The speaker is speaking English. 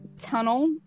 tunnel